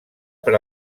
per